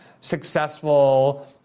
successful